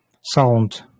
sound